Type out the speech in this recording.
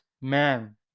man